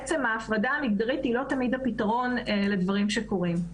עצם ההפרדה המגדרית היא לא תמיד הפיתרון לדברים שקורים.